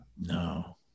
No